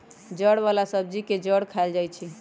जड़ वाला सब्जी के जड़ खाएल जाई छई